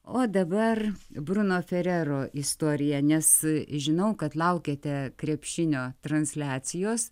o dabar bruno ferero istoriją nes žinau kad laukiate krepšinio transliacijos